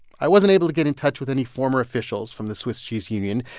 i wasn't able to get in touch with any former officials from the swiss cheese union.